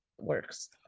works